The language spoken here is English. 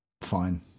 Fine